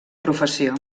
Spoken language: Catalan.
professió